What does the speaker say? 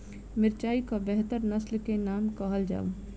मिर्चाई केँ बेहतर नस्ल केँ नाम कहल जाउ?